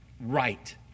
right